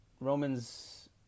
Romans